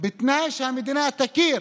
בתנאי שהמדינה תכיר